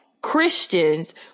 Christians